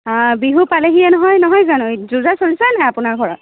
বিহু পালেহিয়ে নহয় নহয় জানো যো জা চলিছে নাই আপোনাৰ ঘৰত